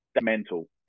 mental